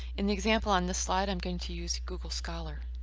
in the example on the slide, i'm going to use google scholar.